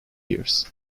years